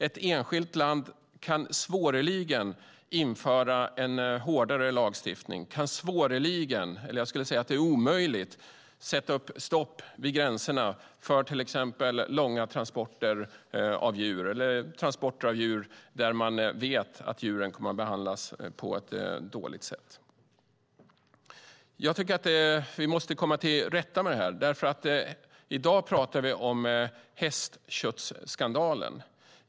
Ett enskilt land kan svårligen införa en hårdare lagstiftning och kan svårligen - jag skulle vilja säga att det är omöjligt - sätta upp stopp vid gränserna för till exempel långa transporter av djur eller transporter av djur där man vet att de kommer att behandlas på ett dåligt sätt. Vi måste komma till rätta med det här. I dag talar vi om hästköttsskandalen.